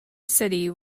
city